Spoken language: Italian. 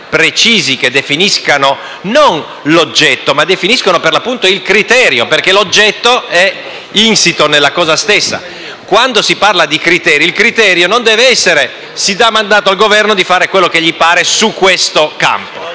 precisi che definiscano non l'oggetto ma, per l'appunto, il criterio perché l'oggetto è insito nella cosa stessa. Quando si parla di criteri non si intende: diamo mandato al Governo di fare quello che gli pare in questo campo.